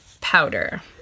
powder